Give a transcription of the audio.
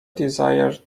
desired